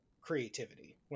creativity